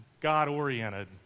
God-oriented